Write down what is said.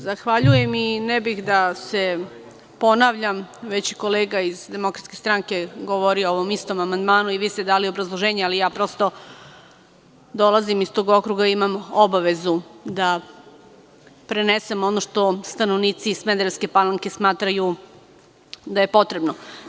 Zahvaljujem i ne bih da se ponavljam, već je kolega iz DS govorio o ovom istom amandmanu i vi ste dali obrazloženje, ali prosto dolazim iz tog okruga i imam obavezu da prenesem ono što stanovnici Smederevske Palanke smatraju da je potrebno.